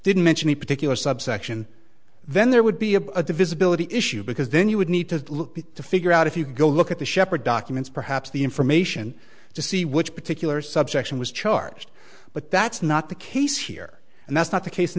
didn't mention a particular subsection then there would be a visibility issue because then you would need to look to figure out if you go look at the shepherd documents perhaps the information to see which particular subsection was charged but that's not the case here and that's not the case